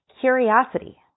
curiosity